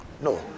no